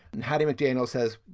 and hattie mcdaniel says,